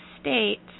states